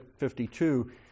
52